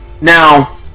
Now